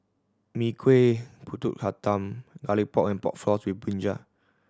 Mee Kuah Pulut Hitam Garlic Pork and Pork Floss with brinjal